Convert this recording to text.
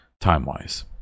time-wise